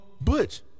Butch